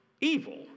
evil